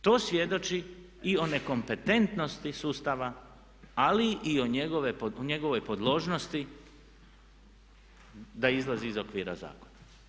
To svjedoči i o ne kompetentnosti sustava ali i o njegovoj podložnosti da izlazi iz okvira zakona.